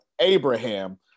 Abraham